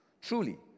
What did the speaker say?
Truly